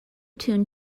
tune